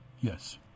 Yes